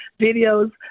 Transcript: videos